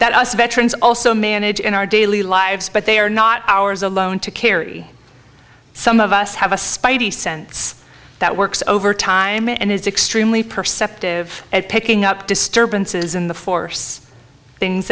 that us veterans also manage in our daily lives but they are not ours alone to carry some of us have a spidey sense that works over time and is extremely perceptive at picking up disturbances in the force things